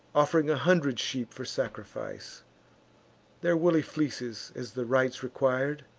off'ring a hundred sheep for sacrifice their woolly fleeces, as the rites requir'd,